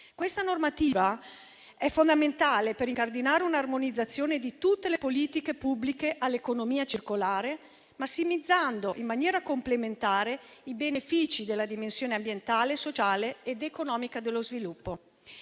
Questa normativa è fondamentale per incardinare un'armonizzazione di tutte le politiche pubbliche all'economia circolare, massimizzando in maniera complementare i benefici della dimensione ambientale, sociale ed economica dello sviluppo.